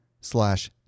slash